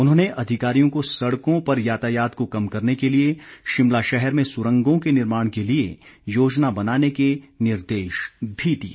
उन्होंने अधिकारियों को सड़कों पर यातायात को कम करने के लिए शिमला शहर में सुरंगों के निर्माण के लिए योजना बनाने के निर्देश भी दिए